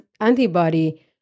antibody